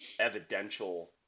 evidential